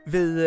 Ved